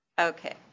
Okay